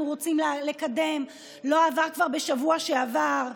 רוצים לקדם לא עבר כבר בשבוע שעבר.